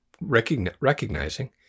recognizing